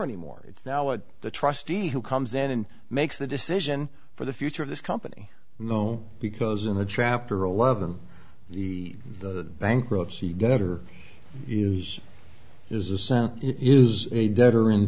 anymore it's now what the trustee who comes in and makes the decision for the future of this company no because in the chapter eleven the bankruptcy got or is is a sense it is a debtor in